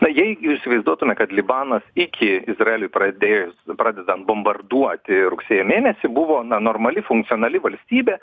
na jeigu įsivaizduotume kad libanas iki izraeliui pradėjus pradedant bombarduoti rugsėjo mėnesį buvo na normali funkcionali valstybė